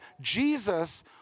Jesus